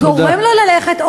גורם לו ללכת.